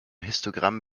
histogramm